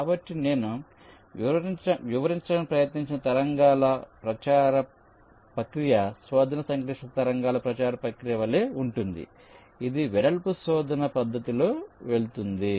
కాబట్టి నేను వివరించడానికి ప్రయత్నించిన తరంగాల ప్రచారం ప్రక్రియ శోధన సంక్లిష్టత తరంగాల ప్రచార ప్రక్రియ వలె ఉంటుంది ఇది వెడల్పు శోధనbreadth search పద్ధతిలో వెళుతుంది